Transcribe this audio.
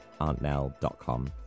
AuntNell.com